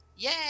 Yay